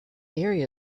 area